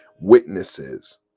witnesses